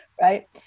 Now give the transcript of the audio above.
right